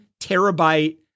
terabyte